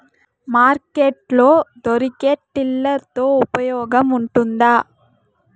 Market లో దొరికే tiller తో ఉపయోగం ఉంటుందా?